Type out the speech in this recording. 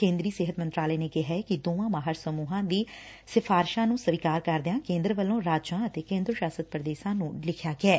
ਕੇ'ਦਰੀ ਸਿਹਤ ਮੰਤਰਾਲੇ ਨੇ ਕਿਹੈ ਕਿ ਦੋਵਾਂ ਮਾਹਰ ਸਮੁਹਾਂ ਦੀਆਂ ਸਿਫਾਰਿਸ਼ਾਂ ਨੰ ਸਵੀਕਾਰ ਕਰਦਿਆਂ ਕੇ'ਦਰ ਵੱਲੋ' ਰਾਜਾਂ ਅਤੇ ਕੇਂਦਰ ਸਾਸ਼ਤ ਪੁਦੇਸ਼ਾਂ ਨੂੰ ਲਿਖਿਆ ਗਿਐ